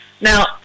Now